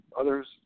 others